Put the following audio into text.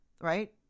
right